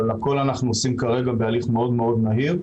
אבל הכול אנחנו עושים כרגע בהליך מאוד מאוד מהיר.